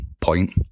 point